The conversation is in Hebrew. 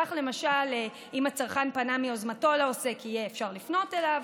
כך למשל אם הצרכן פנה מיוזמתו לעוסק יהיה אפשר לפנות אליו,